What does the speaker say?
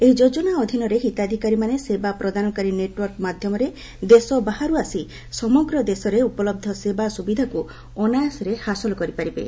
ଏହି ଯୋଜନା ଅଧୀନରେ ହିତାଧିକାରୀମାନେ ସେବା ପ୍ରଦାନକାରୀ ନେଟ୍ୱର୍କ ମାଧ୍ୟମରେ ଦେଶ ବାହାରୁ ଆସି ସମଗ୍ର ଦେଶରେ ଉପଲହ୍ଧ ସେବା ସୁବିଧାକୁ ଅନାୟାସରେ ହାସଲ କରିପାରିବେ